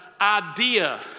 idea